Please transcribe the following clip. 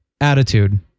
attitude